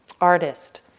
artist